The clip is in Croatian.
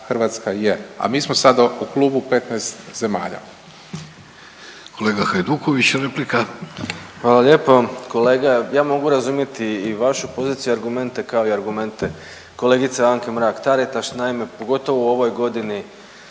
Hrvatska je, a mi smo sada u klubu petnaest zemalja.